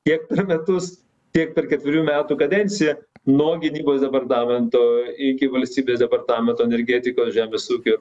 tiek per metus tiek per ketverių metų kadenciją nuo gynybos departamento iki valstybės departamento energetikos žemės ūkio